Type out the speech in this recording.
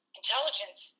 intelligence